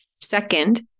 Second